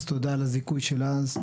אז תודה על הזיכוי של אז,